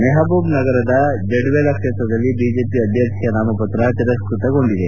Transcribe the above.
ಮಹಬೂಬ್ ನಗರದ ಜಡ್ಜೆಲಾ ಕ್ಷೇತ್ರದಲ್ಲಿ ಬಿಜೆಪಿ ಅಭ್ಯರ್ಥಿಯ ನಾಮಪತ್ರ ತಿರಸ್ಪತಗೊಂಡಿದೆ